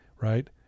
right